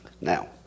Now